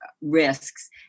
risks